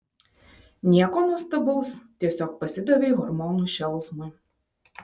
nieko nuostabaus tiesiog pasidavei hormonų šėlsmui